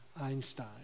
Einstein